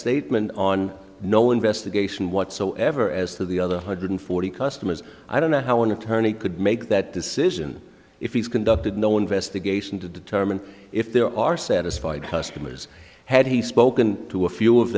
statement on no investigation whatsoever as to the other one hundred forty customers i don't know how an attorney could make that decision if he's conducted no investigation to determine if there are satisfied customers had he spoken to a few of